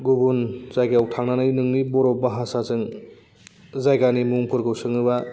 गुबुन जायगायाव थांनानै नोंनि बर' भासाजों जायगानि मुंफोरखौ सोङोबा